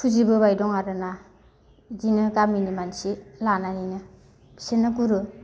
फुजिबोबाय दं आरोना बिदिनो गामिनि मानसि लानानैनो बिसोरनो गुरु